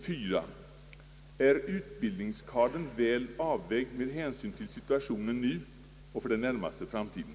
4) Är utbildningskadern väl avvägd med hänsyn till situationen nu och för den närmaste framtiden?